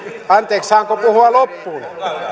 anteeksi saanko puhua loppuun